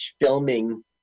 filming